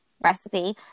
Recipe